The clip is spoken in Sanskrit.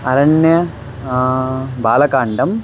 अरण्यं बालकाण्डम्